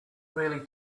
really